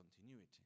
continuity